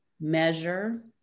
measure